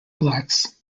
blacks